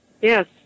Yes